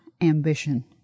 ambition